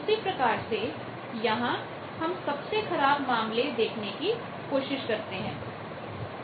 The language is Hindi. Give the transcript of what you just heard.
उसी प्रकार से यहां हम सबसे खराब मामले देखने की कोशिश करते हैं